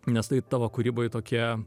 nes tai tavo kūryboj tokia